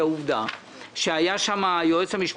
אנחנו מתחילים את הסעיף הראשון בסדר-היום: אישור מוסדות